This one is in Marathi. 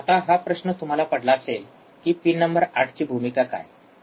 आता हा प्रश्न तुम्हाला पडला असेल की पिन नंबर 8 ची भूमिका काय बरोबर